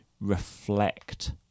reflect